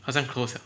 好像 close liao